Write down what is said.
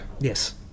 Yes